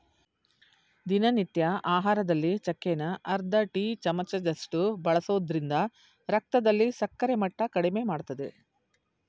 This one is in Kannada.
ದಿನನಿತ್ಯ ಆಹಾರದಲ್ಲಿ ಚಕ್ಕೆನ ಅರ್ಧ ಟೀ ಚಮಚದಷ್ಟು ಬಳಸೋದ್ರಿಂದ ರಕ್ತದಲ್ಲಿ ಸಕ್ಕರೆ ಮಟ್ಟ ಕಡಿಮೆಮಾಡ್ತದೆ